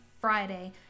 Friday